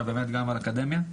אלא גם על האקדמיה.